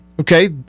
okay